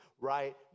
right